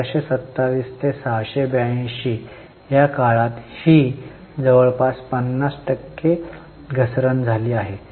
1327 ते 682 या काळात ही जवळपास 50 टक्के घसरण झाली आहे